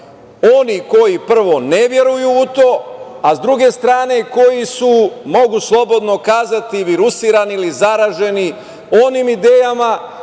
oni koji, prvo, ne veruju u to, a sa druge strane koji su, mogu slobodno kazati, virusirani ili zaraženi onim idejama